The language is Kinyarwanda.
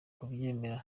kubyemera